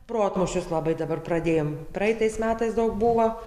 protmūšius labai dabar pradėjom praeitais metais daug buvo